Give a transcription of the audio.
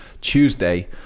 Tuesday